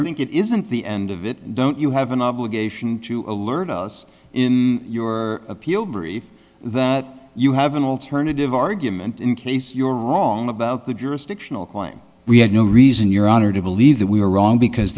think it isn't the end of it don't you have an obligation to alert us in your appeal brief that you have an alternative argument in case you were wrong about the jurisdictional point we had no reason your honor to believe that we were wrong because